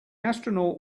astronaut